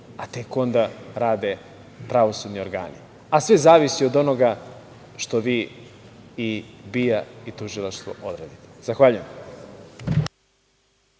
a tek onda rade pravosudni organi, a sve zavisi od onoga što vi i BIA i tužilaštvo odradite. Zahvaljujem.